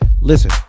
Listen